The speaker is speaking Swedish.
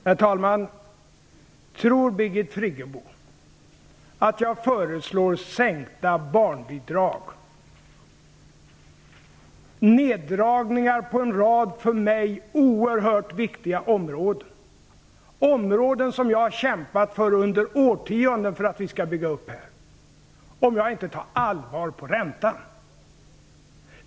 Herr talman! Tror Birgit Friggebo att jag föreslår sänkta barnbidrag och neddragningar på en rad för mig oerhört viktiga områden - områden som jag har kämpat för att bygga upp under årtionden - om jag inte tar allvarligt på räntan?